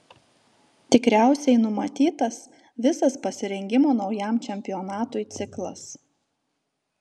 tikriausiai numatytas visas pasirengimo naujam čempionatui ciklas